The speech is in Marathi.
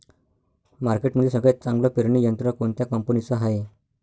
मार्केटमंदी सगळ्यात चांगलं पेरणी यंत्र कोनत्या कंपनीचं हाये?